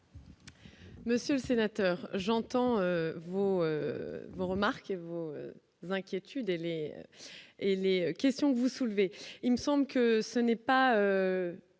Monsieur le sénateur, j'entends vous vous remarquez vous inquiétude et les et les questions que vous soulevez, il me semble que ce n'est pas